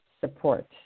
support